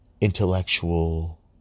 intellectual